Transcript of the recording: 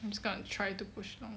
I'm just gonna just to push lor